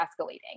escalating